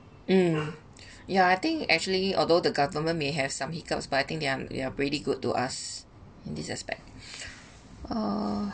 um yeah I think actually although the government may have some hiccups but I think they are they are pretty good to us in this aspect uh